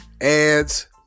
ads